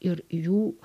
ir jų